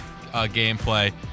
gameplay